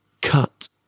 cut